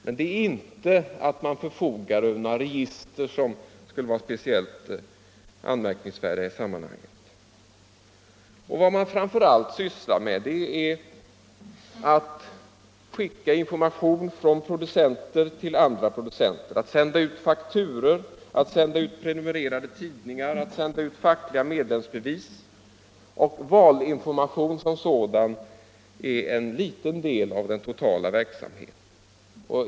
Men företaget förfogar inte över några register som skulle vara speciellt anmärkningsvärda. Vad företaget framför allt sysslar med är att skicka information från producenter till andra producenter, att sända ut fakturor, att sända ut prenumererade tidningar och att sända ut fackliga medlemsbevis. Valinformation som sådan är en liten del av den totala verksamheten.